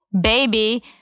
baby